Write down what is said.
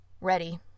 Ready